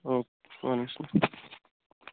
okay وعلیکُم سَلام